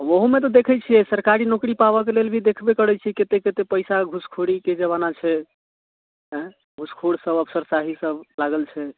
ओहोमे तऽ देखैत छियै सरकारी नौकरी पाबऽ के लेल भी देखबे करैत छियै कतेक कतेक पैसा घूसखोरीके जमाना छै घूसखोर सब अफसर सब अफसरशाही सब लागल छै